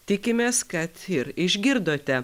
tikimės kad ir išgirdote